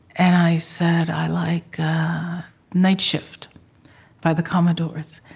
and i said, i like night shift by the commodores.